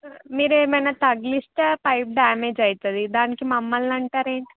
మీరేమైనా తగిలిస్తే pipe damage అవుతుంది దానికి మమ్మల్ని అంటారు ఏమిటి